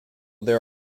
there